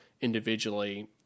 individually